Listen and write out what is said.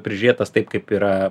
prižiūrėtas taip kaip yra